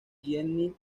jeanette